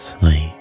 sleep